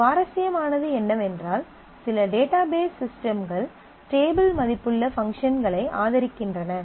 சுவாரஸ்யமானது என்னவென்றால் சில டேட்டாபேஸ் சிஸ்டம்கள் டேபிள் மதிப்புள்ள பங்க்ஷன்ஸ்களை ஆதரிக்கின்றன